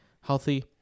healthy